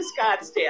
Scottsdale